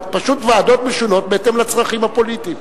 פשוט ועדות משונות, בהתאם לצרכים הפוליטיים.